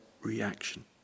reaction